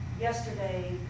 yesterday